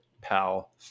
pal